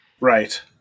Right